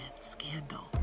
scandal